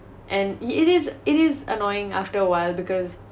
and it is it is annoying after awhile because